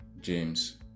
James